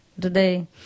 Today